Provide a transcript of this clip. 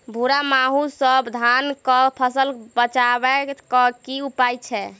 भूरा माहू सँ धान कऽ फसल बचाबै कऽ की उपाय छै?